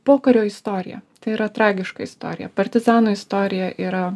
pokario istorija tai yra tragiška istorija partizanų istorija yra